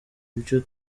ibyo